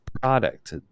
product